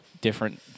different